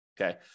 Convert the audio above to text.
okay